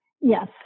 Yes